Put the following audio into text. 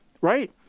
right